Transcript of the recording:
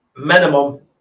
Minimum